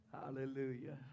Hallelujah